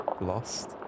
lost